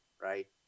right